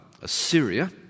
Assyria